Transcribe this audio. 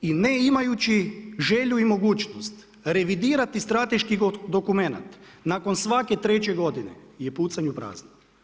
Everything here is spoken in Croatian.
I ne imajući želju i mogućnost revidirati strateški dokumenat nakon svake treće godine je pucanj u prazno.